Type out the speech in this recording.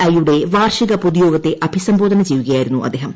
ഐയുടെ വാർഷിക് പൊതുയോഗത്തെ അഭിസംബോധന ചെയ്യുകയായിരുന്നു അദ്ദേഹം